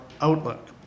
outlook